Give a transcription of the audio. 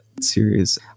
series